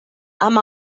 amb